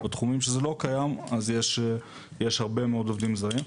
ובתחומים שזה לא קיים אז יש הרבה מאוד עובדים זרים.